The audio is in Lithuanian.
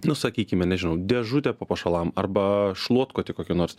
nu sakykime nežinau dėžutę papuošalam arba šluotkotį kokį nors